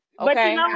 Okay